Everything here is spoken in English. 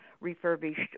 refurbished